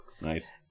Nice